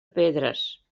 pedres